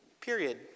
Period